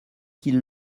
qu’ils